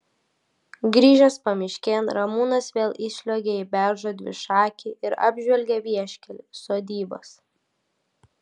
grįžęs pamiškėn ramūnas vėl įsliuogia į beržo dvišakį ir apžvelgia vieškelį sodybas